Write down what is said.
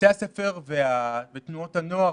בתי הספר ותנועות הנוער,